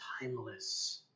timeless